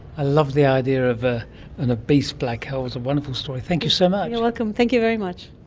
i love the idea of ah an obese black hole, it's a wonderful story. thank you so much. you're welcome, thank you very much.